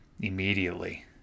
immediately